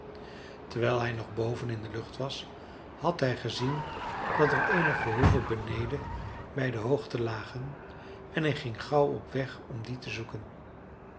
terwijl hij nog boven in de lucht was had hij gezien dat er eenige hoeven beneden bij de hoogte lagen en hij ging gauw op weg om die te zoeken